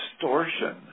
distortion